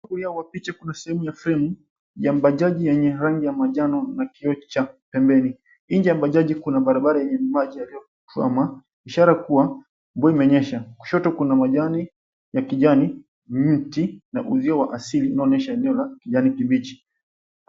Kwa picha kuna sehemu ya fremu ya bajaji yenye rangi ya majano na kio cha pembeni. Nje ya mbajaji kuna barabara yenye maji yaliyotuwama. Ishara kuwa mvua imenyesha. Kushoto kuna majani ya kijani, mti na uzio wa asili unaonyesha eneo la kijani kibichi.